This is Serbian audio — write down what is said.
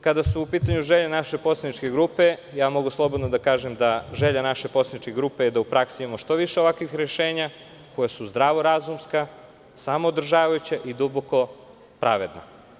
Kada su u pitanju želje naše poslaničke grupe, mogu slobodno da kažem da je želja naše poslaničke grupe da u praksi imamo što više ovakvih rešenja koja su zdravorazumska, samoodržavajuća i duboko pravedna.